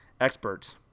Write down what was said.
experts